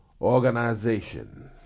organization